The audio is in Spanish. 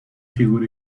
figura